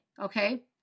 okay